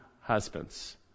husbands